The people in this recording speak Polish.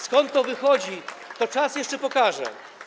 Skąd to wychodzi, to czas jeszcze pokaże.